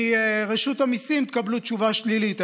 מרשות המיסים תקבלו תשובה שלילית,